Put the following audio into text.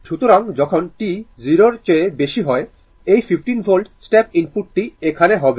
সুতরাং যখন t 0 এর চেয়ে বেশি হয় এই 15 ভোল্ট স্টেপ ইনপুটি এখানে হবে